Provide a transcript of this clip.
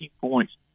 points